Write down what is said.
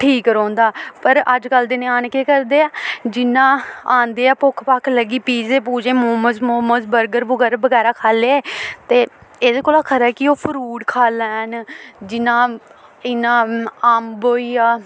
ठीक रौंह्दा पर अजकल्ल दे ञ्याणे केह् करदे ऐ जि'यां औंदे ऐ भुक्ख भाक्ख लग्गी पीजे पूजे मोमोज मोमोज बर्गर बुर्गर बगैरा खाई ले ते एह्दे कोला खरा ऐ कि ओह् फ्रूट खाई लैन जि'यां इ'यां अम्ब होई गेआ